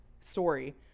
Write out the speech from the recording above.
story